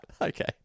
Okay